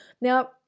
Now